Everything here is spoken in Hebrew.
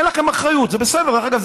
אין לכם אחריות, וזה בסדר, דרך אגב.